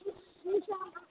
ठीक ठीक छै हम